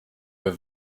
were